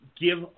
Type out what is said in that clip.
give